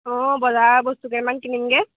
অঁ বজাৰ বস্তু কেইটামান কিনিমগৈ